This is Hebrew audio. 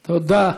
תודה.